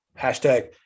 hashtag